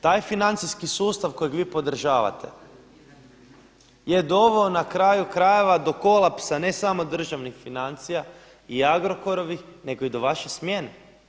Taj financijski sustav kojeg vi podržavate je doveo na kraju krajeva do kolapsa ne samo državnih financija i Agrokorovih nego i do vaše smjene.